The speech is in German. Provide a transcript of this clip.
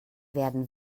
werden